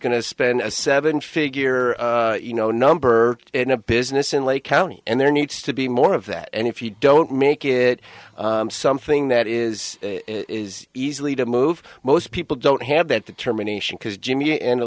going to spend a seven figure you know number in a business in lake county and there needs to be more of that and if you don't make it something that is easily to move most people don't have that determination because jimmy and